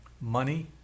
Money